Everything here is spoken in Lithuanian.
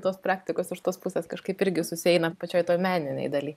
tos praktikos iš tos pusės kažkaip irgi susieina pačioj toj meninėj daly